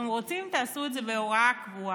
אתם רוצים, תעשו את זה בהוראה קבועה.